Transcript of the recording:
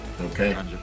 Okay